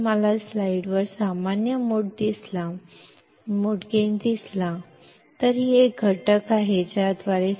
ಆದ್ದರಿಂದ ಸ್ಲೈಡ್ನಲ್ಲಿ common mode gain ಅನ್ನು ನೀವು ನೋಡಿದರೆ ನಾವು ಏನು ನೋಡುತ್ತೇವೆ